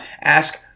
Ask